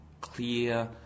clear